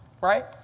right